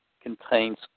contains